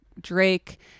Drake